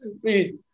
Please